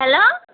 hello